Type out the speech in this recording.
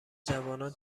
جوانان